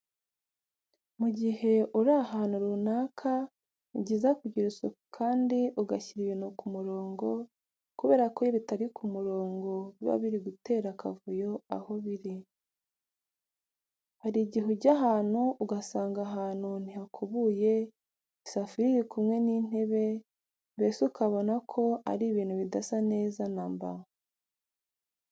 Mu gihe uri ahantu runaka ni byiza kugira isuku kandi ugashyira ibintu ku murongo kubera ko iyo bitari ku murongo biba biri gutera akavuyo aho biri. Hari igihe ujya ahantu ugasanga ahantu ntihakubuye, isafuriya iri kumwe n'intebe, mbese ukabona ko ari ibintu bidasa neza na mba.